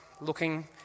looking